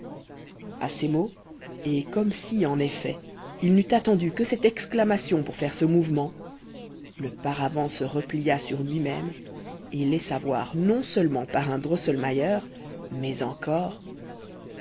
à ces mots et comme si en effet il n'eût attendu que cette exclamation pour faire ce mouvement le paravent se replia sur lui-même et laissa voir non seulement parrain drosselmayer mais encore